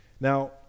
Now